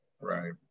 right